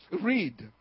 read